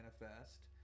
manifest